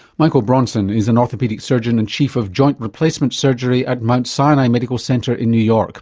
michael bronson is an orthopaedic surgeon and chief of joint replacement surgery at mount sinai medical center in new york.